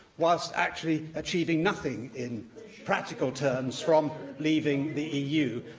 whilst actually achieving nothing in practical terms from leaving the eu.